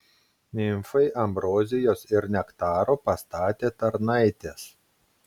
nimfai ambrozijos ir nektaro pastatė tarnaitės